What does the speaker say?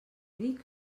dic